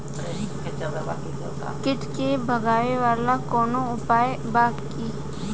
कीट के भगावेला कवनो उपाय बा की?